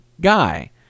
guy